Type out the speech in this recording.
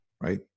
Right